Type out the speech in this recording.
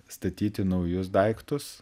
statyti naujus daiktus